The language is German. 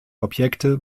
objekte